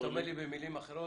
אתה אומר לי במילים אחרות,